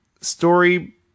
story